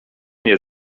nie